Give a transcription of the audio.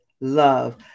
love